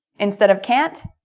instead of can't,